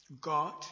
God